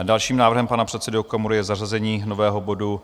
Dalším návrhem pana předsedy Okamury je zařazení nového bodu